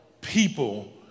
people